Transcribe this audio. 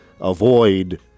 avoid